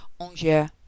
Angers